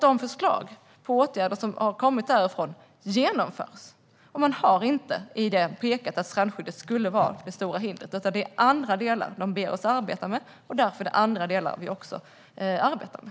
De förslag på åtgärder som har kommit därifrån genomförs. I det paketet har strandskyddet inte pekats ut som det stora hindret. I stället finns andra delar som de ber oss arbeta med, och därför är det andra delar vi också arbetar med.